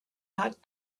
not